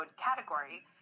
category